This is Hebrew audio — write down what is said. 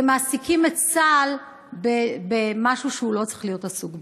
ומעסיקים את צה"ל במשהו שהוא לא צריך להיות עסוק בו.